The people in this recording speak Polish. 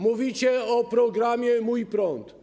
Mówicie o programie ˝Mój prąd˝